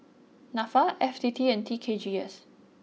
Nafa F T T and T K G S